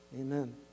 amen